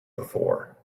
before